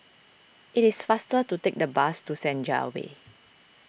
it is faster to take the bus to Senja Way